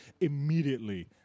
immediately